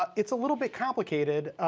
ah it's a little bit complicated.